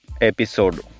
episode